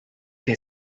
wer